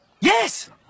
Yes